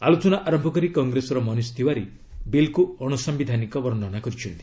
ଆଲୋଚନା ଆରମ୍ଭ କରି କଂଗ୍ରେସର ମନୀଷ୍ ତିୱାରୀ ବିଲ୍କୁ ଅଣସାୟିଧାନିକ ବର୍ଷନା କରିଛନ୍ତି